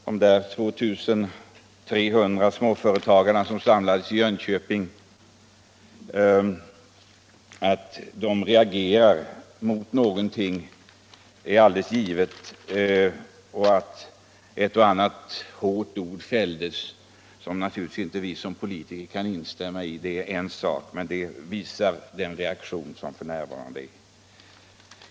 Att de 2 300 småföretagarna som samlades i Jönköping reagerade emot någonting är alldeles givet. Det är en annan sak att ett och annat hårt ord fälldes, som naturligtvis inte vi som politiker kan instämma i — men det visar den stämning som f. n. råder.